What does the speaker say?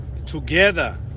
together